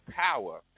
power